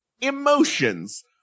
emotions